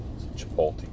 Chipotle